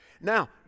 Now